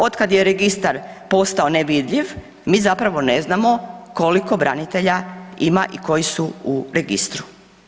Od kad je registar postao nevidljiv, mi zapravo ne znamo koliko branitelja ima i koji su u registru.